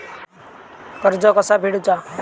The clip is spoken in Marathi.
कर्ज कसा फेडुचा?